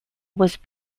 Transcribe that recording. was